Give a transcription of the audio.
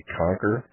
conquer